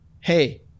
hey